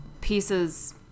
pieces